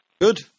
Good